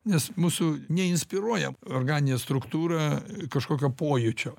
nes mūsų neinspiruoja organinė struktūra kažkokio pojūčio